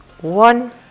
one